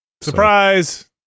Surprise